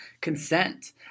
consent